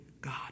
God